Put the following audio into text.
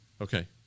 Okay